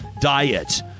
diet